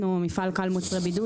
אנחנו מפעל קל מוצרי בידוד,